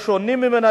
לשונים ממנה,